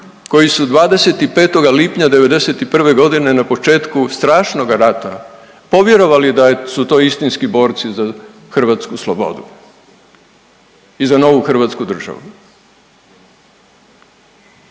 koji su 25. lipnja '91. godine na početku strašnoga rata povjerovali da su to istinski borci za hrvatsku slobodu i za novu Hrvatsku državu